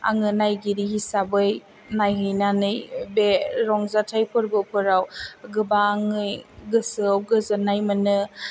आङो नायगिरि हिसाबै नायहैनानै बे रंजाथाय फोरबो फोराव गोबाङै गोसोयाव गोजोन्नाय मोनो